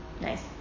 Nice